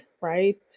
right